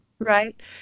Right